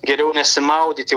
geriau nesimaudyt